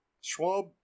Schwab